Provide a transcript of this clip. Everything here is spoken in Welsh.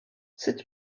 sut